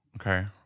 Okay